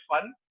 fun